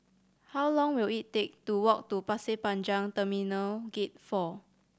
how long will it take to walk to Pasir Panjang Terminal Gate Four